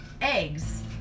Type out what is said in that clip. eggs